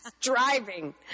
driving